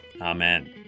Amen